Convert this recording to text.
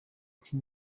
inshyi